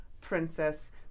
princess